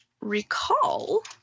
recall